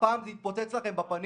הפעם זה התפוצץ לכם בפנים.